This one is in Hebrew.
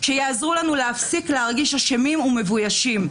שיעזרו לנו להפסיק להרגיש אשמים ומבוישים,